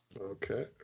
Okay